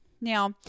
Now